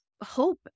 hope